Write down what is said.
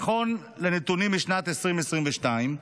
לפי נתונים משנת 2022,